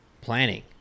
planning